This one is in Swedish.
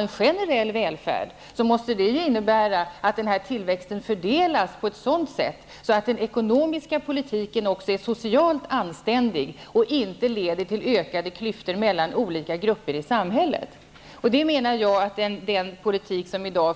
En generell välfärd måste innebära att tillväxten fördelas på ett sådant sätt att den ekonomiska politiken är socialt anständig och inte leder till ökade klyftor mellan olika grupper i samhället. Jag menar att den politik som förs i dag